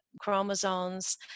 chromosomes